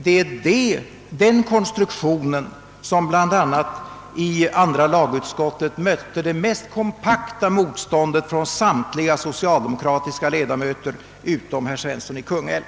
Det är denna konstruktion som bl.a. i andra lagutskottet mötte det mest kompakta motstånd från samtliga socialdemokratiska ledamöter utom herr Svensson i Kungälv.